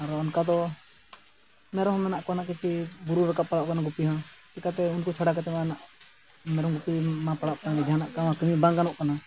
ᱟᱨᱚ ᱚᱱᱠᱟ ᱫᱚ ᱢᱮᱨᱚᱢ ᱦᱚᱸ ᱢᱮᱱᱟᱜ ᱠᱚᱣᱟ ᱠᱤᱪᱷᱤ ᱵᱩᱨᱩ ᱨᱟᱠᱟᱵ ᱯᱟᱲᱟᱜ ᱠᱟᱱᱟ ᱜᱩᱯᱤ ᱦᱚᱸ ᱪᱤᱠᱟᱹᱛᱮ ᱩᱱᱠᱩ ᱪᱷᱟᱲᱟ ᱠᱟᱛᱮ ᱢᱟ ᱢᱮᱨᱚᱢ ᱜᱩᱯᱤ ᱢᱟ ᱯᱟᱲᱟᱜ ᱠᱟᱱ ᱜᱮ ᱡᱟᱦᱟᱱᱟᱜ ᱠᱚᱢᱟ ᱠᱟᱹᱢᱤ ᱵᱟᱝ ᱜᱟᱱᱚᱜ ᱠᱟᱱᱟ